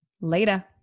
Later